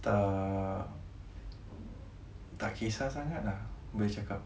tak tak kesah sangat ah boleh cakap